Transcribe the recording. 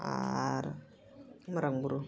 ᱟᱨ ᱢᱟᱨᱟᱝ ᱵᱩᱨᱩ